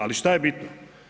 Ali šta je bitno?